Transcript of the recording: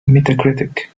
metacritic